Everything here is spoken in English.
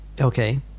Okay